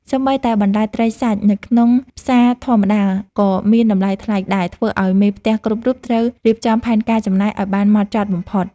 សូម្បីតែបន្លែត្រីសាច់នៅក្នុងផ្សារធម្មតាក៏មានតម្លៃថ្លៃដែលធ្វើឱ្យមេផ្ទះគ្រប់រូបត្រូវរៀបចំផែនការចំណាយឱ្យបានហ្មត់ចត់បំផុត។